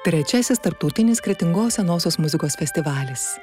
trečiasis tarptautinis kretingos senosios muzikos festivalis